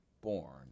born